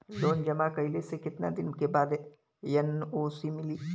Loan जमा कइले के कितना दिन बाद एन.ओ.सी मिली?